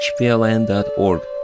hpln.org